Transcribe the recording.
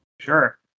Sure